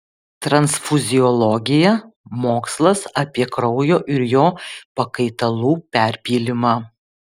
transfuziologija mokslas apie kraujo ir jo pakaitalų perpylimą